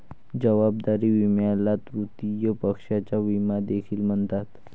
जबाबदारी विम्याला तृतीय पक्षाचा विमा देखील म्हणतात